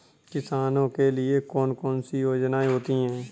किसानों के लिए कौन कौन सी योजनायें होती हैं?